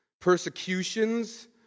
persecutions